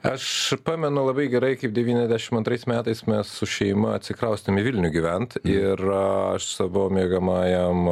aš pamenu labai gerai kaip devyniasdešim antrais metais mes su šeima atsikraustėm į vilnių gyvent ir aš savo miegamajam